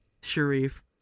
Sharif